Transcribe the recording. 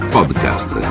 Podcast